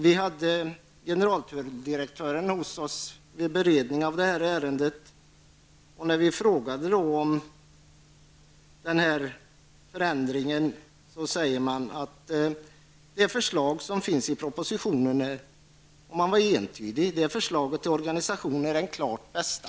Vi hade generaltulldirektören hos oss vid beredningen av det här ärendet, och när vi frågade om den här förändringen blev svaret entydigt: Propositionens förslag till organisation är det klart bästa.